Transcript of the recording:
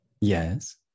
Yes